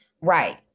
right